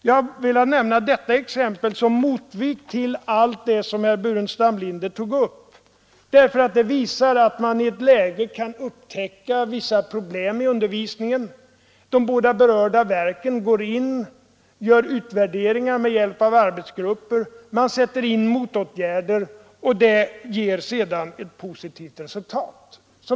Jag har velat nämna dessa exempel som motvikt mot allt det som herr Burenstam Linder anförde, därför att mina exempel visar att man i ett läge kan upptäcka problem i undervisningen, och där man då gör en utvärdering med hjälp av en arbetsgrupp och sätter in motåtgärder, vilka sedan ger positiva resultat.